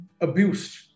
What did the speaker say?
abused